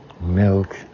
milk